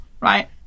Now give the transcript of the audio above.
right